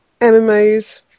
mmos